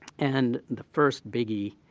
and the first biggie